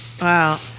Wow